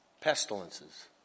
Pestilences